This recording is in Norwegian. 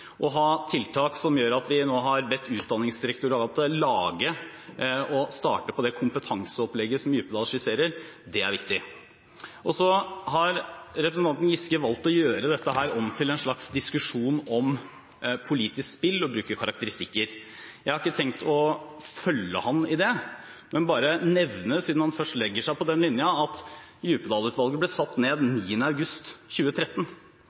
Å ha tiltak som gjør at vi nå har bedt Utdanningsdirektoratet om å lage og starte på det kompetanseopplegget som Djupedal-utvalget skisserer, er viktig. Så har representanten Giske valgt å gjøre dette om til en slags diskusjon om politisk spill og bruker karakteristikker. Jeg har ikke tenkt å følge ham i det, men bare nevne, siden han først legger seg på den linjen, at Djupedal-utvalget ble satt ned 9. august 2013